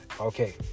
okay